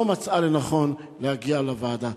לא מצאה לנכון להגיע לוועדה.